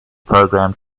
program